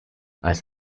als